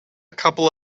couple